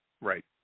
Right